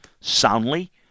soundly